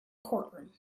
courtroom